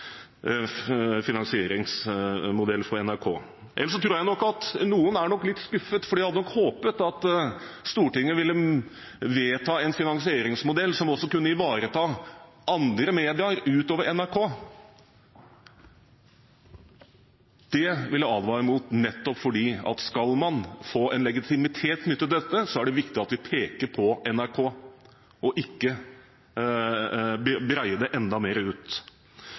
for NRK. Ellers tror jeg nok noen er litt skuffet fordi de hadde håpet at Stortinget ville vedta en finansieringsmodell som også kunne ivareta andre medier utover NRK. Det vil jeg advare mot nettopp fordi at skal man få en legitimitet knyttet til dette, er det viktig at man peker på NRK og ikke breier det enda mer ut.